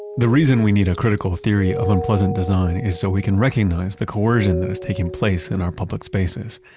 the reason we need a critical theory of unpleasant design is so we can recognize the coercion that is taking place in our public spaces.